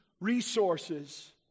resources